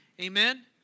Amen